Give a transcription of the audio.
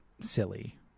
silly